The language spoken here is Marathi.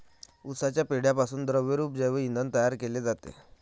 उसाच्या पेंढ्यापासून द्रवरूप जैव इंधन तयार केले जाते